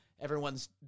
Everyone's